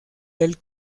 del